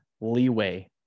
leeway